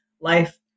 life